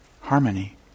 Harmony